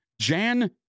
Jan